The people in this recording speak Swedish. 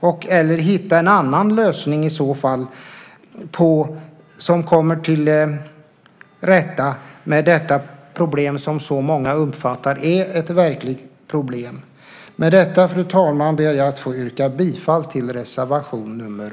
I så fall bör man hitta en annan lösning för att komma till rätta med detta som så många uppfattar som ett verkligt problem. Med detta, fru talman, ber jag att få yrka bifall till reservation nr 8.